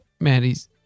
Maddie's